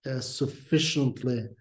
sufficiently